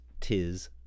tis